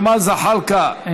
ג'מאל זחאלקה,